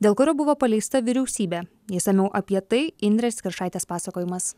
dėl kurio buvo paleista vyriausybė išsamiau apie tai indrės kiršaitės pasakojimas